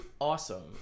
awesome